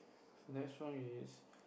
so next round is